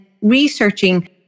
researching